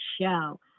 show